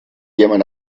jemand